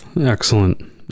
Excellent